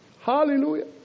Hallelujah